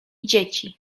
dzieci